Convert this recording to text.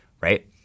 right